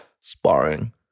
sparring